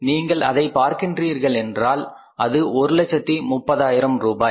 நீங்கள் அதை பார்க்கின்றீர்கள் என்றால் அது 130000 ரூபாய்